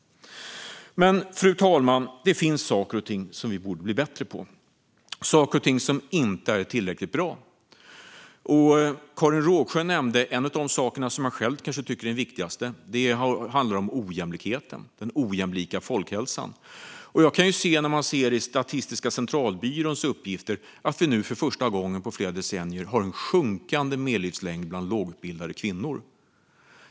Fru talman! Det finns saker och ting som vi borde bli bättre på, saker och ting som inte är tillräckligt bra. Karin Rågsjö nämnde en av de saker som jag själv kanske tycker är den viktigaste, och det handlar om ojämlikheten - den ojämlika folkhälsan. Enligt Statistiska centralbyråns uppgifter har vi nu för första gången på flera decennier en sjunkande medellivslängd bland lågutbildade kvinnor.